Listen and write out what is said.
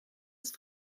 ist